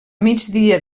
migdia